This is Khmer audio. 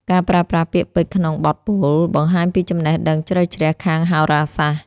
ការប្រើប្រាស់ពាក្យពេចន៍ក្នុងបទពោល បង្ហាញពីចំណេះដឹងជ្រៅជ្រះខាងហោរាសាស្ត្រ។